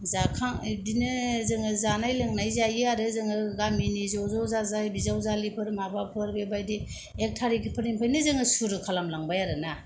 जाखां जोङो बिदिनो जोङो जानाय लोंनाय जायो आरो जोङो गामिनि ज' ज' जाजाय बिजावजालिफोर माबाफोर बेबायदि एख थारिखफोरनिफ्रायनो जोङो सुरु खालामलांबाय आरो ना